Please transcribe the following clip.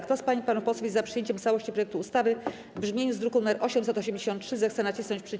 Kto z pań i panów posłów jest za przyjęciem w całości projektu ustawy w brzmieniu z druku nr 883, zechce nacisnąć przycisk.